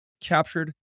captured